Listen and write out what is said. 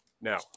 Now